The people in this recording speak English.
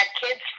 kids